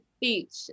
beach